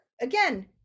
again